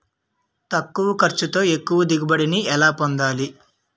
తక్కువ ఖర్చుతో ఎక్కువ దిగుబడి ని ఎలా పొందాలీ?